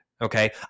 okay